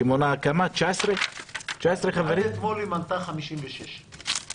שמונה 19 חברים --- עד אתמול היא מנתה 56 חברים.